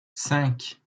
cinq